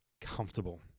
comfortable